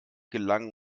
gelangen